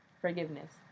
forgiveness